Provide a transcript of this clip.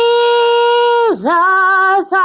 Jesus